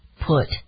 put